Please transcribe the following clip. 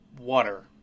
water